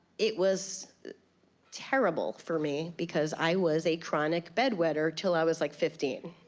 it was terrible for me because i was a chronic bed wetter till i was, like, fifteen.